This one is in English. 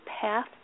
Path